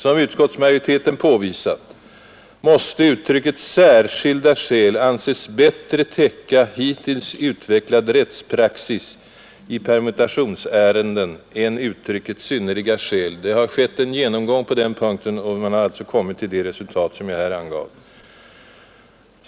Som utskottsmajoriteten påvisat måste uttrycket ”särskilt skäl” anses bättre täcka hittills utvecklade rättspraxis i permutationsärenden än uttrycket ”synnerliga skäl”. Det har skett en genomgång på den punkten, och man har alltså kommit till det resultat som jag här angett.